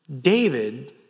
David